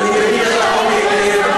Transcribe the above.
אני מכיר את החוק היטב,